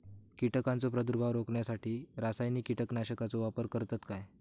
कीटकांचो प्रादुर्भाव रोखण्यासाठी रासायनिक कीटकनाशकाचो वापर करतत काय?